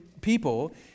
people